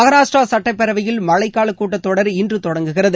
மகாராஷ்டிரா சட்டப்பேரவையில் மழைக் கால கூட்டத் தொடர் இன்று தொடங்குகிறது